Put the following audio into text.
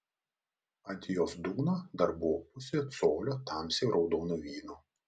ant jos dugno dar buvo pusė colio tamsiai raudono vyno